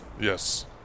Yes